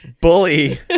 bully